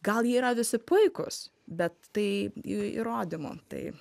gal jie yra visi puikūs bet tai įrodymų tai